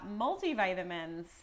multivitamins